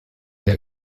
der